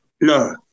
No